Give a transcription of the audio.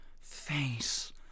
face